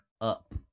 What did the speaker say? up